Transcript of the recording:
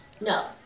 No